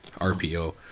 RPO